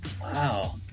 wow